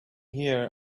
here